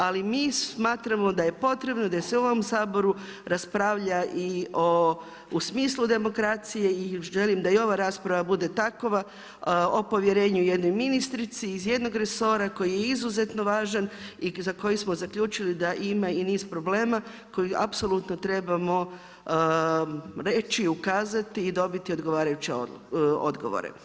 Ali mi smatramo da je potrebno da se u ovom Saboru raspravlja i u smislu demokracije i želim da i ova rasprava bude takova o povjerenju jednoj ministrici iz jednog resora koji je izuzetno važan i za koji smo zaključili da ima i niz problema koji apsolutno trebamo reći, ukazati i dobiti odgovarajuće odgovore.